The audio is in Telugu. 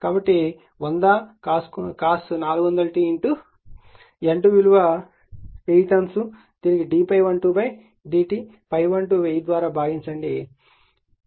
కాబట్టి 100 cos 400 t N2 విలువ 1000 టర్న్స్ దీనికి d ∅12 d t లేదా ∅1 2 1000 ద్వారా విభజించబడింది